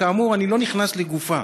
כאמור, אני לא נכנס לגופה,